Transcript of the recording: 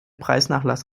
preisnachlass